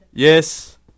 Yes